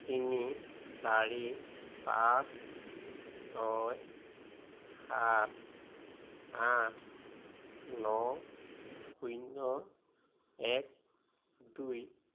তিনি চাৰি পাঁচ ছয় সাত আঠ ন শূন্য এক দুই